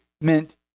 meant